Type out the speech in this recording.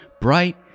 bright